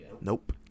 Nope